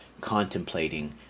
contemplating